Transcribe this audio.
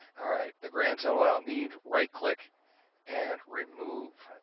alright, the grand total i don't need right-click and remove.